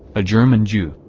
a german jew,